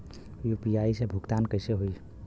UPI से भुगतान कइसे होहीं?